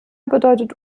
bedeutet